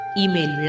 email